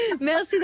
Merci